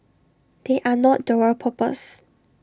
they are not dual purpose